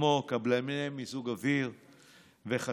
כמו קבלני מיזוג אוויר וחשמל,